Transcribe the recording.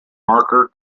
marker